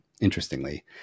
Interestingly